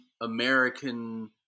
American